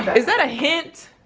is that a hint?